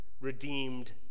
redeemed